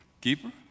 keeper